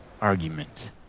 argument